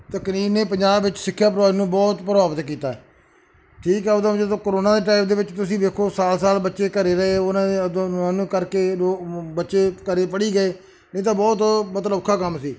ਤਕਨੀਕ ਨੇ ਪੰਜਾਬ ਵਿੱਚ ਸਿੱਖਿਆ ਪ੍ਰਣਾਲੀ ਨੂੰ ਬਹੁਤ ਪ੍ਰਭਾਵਿਤ ਕੀਤਾ ਠੀਕ ਹੈ ਉਦੋਂ ਜਦੋਂ ਕਰੋਨਾ ਦੇ ਟਾਈਮ ਦੇ ਵਿੱਚ ਤੁਸੀਂ ਵੇਖੋ ਸਾਲ ਸਾਲ ਬੱਚੇ ਘਰ ਰਹੇ ਉਹਨਾਂ ਨੂੰ ਕਰਕੇ ਬੱਚੇ ਘਰੇ ਪੜ੍ਹੀ ਗਏ ਨਹੀਂ ਤਾਂ ਬਹੁਤ ਮਤਲਬ ਔਖਾ ਕੰਮ ਸੀ